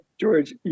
George